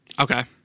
Okay